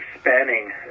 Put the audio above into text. spanning